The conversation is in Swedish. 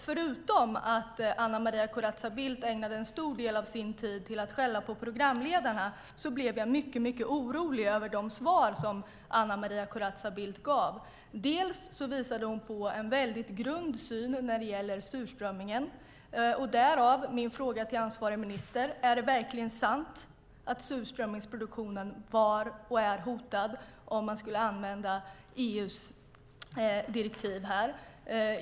Förutom att Anna Maria Corazza Bildt ägnade en stor del av sin tid åt att skälla på programledarna gjorde hennes svar mig mycket orolig. Hon hade en mycket grund syn på surströmmingen, och därav min fråga till ansvarig minister: Är det verkligen sant att surströmmingsproduktionen är hotad om man tillämpar EU:s direktiv?